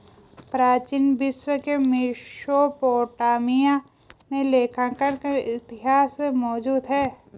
प्राचीन विश्व के मेसोपोटामिया में लेखांकन का इतिहास मौजूद है